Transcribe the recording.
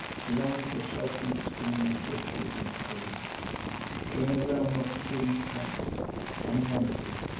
beyond the sheltering screen of bushes and palings came a realm of brilliant lights and noisy,